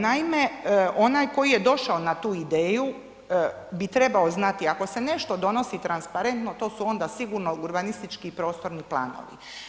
Naime, onaj koji je došao na tu ideju bi trebao znati, ako se nešto donosi transparentno to su onda sigurno urbanistički i prostorni planovi.